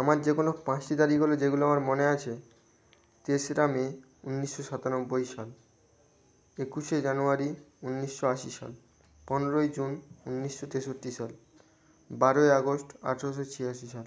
আমার যে কোনো পাঁচটি তারিখ হলো যেগুলো আমার মনে আছে তেসরা মে উন্নিশশো সাতানব্বই সাল একুশে জানুয়ারি উন্নিশশো আশি সাল পনেরোই জুন উন্নিশশো তেষট্টি সাল বারোই আগস্ট আঠেরোশো ছিয়াশি সাল